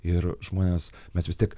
ir žmonės mes vis tiek